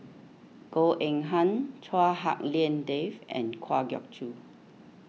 Goh Eng Han Chua Hak Lien Dave and Kwa Geok Choo